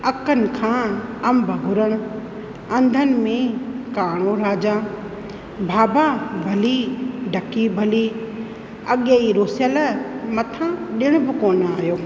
अखियुनि खां अंब घुरनि अंधनि में काणो राजा भाभा भली ढकी भली अॻेई रुसियल मथां ॾिण बि कोन आयो